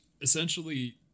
Essentially